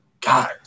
God